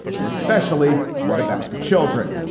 and especially what about the children?